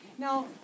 Now